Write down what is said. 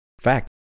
fact